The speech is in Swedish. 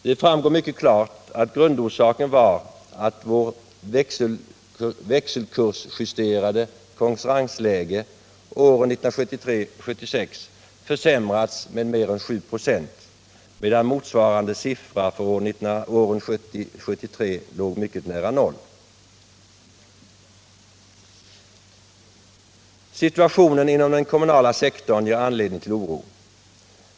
Det framgår mycket klart att grundorsaken var att vårt växelkursjusterade konkurrensläge åren 1973-1976 försämrats med mer än 7 26, medan motsvarande siffra för 1970-1973 låg mycket nära noll. Situationen inom den kommunala sektorn ger anledning till stor oro.